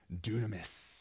dunamis